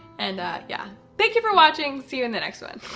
and yeah, thank you for watching. see you in the next one.